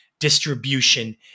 Distribution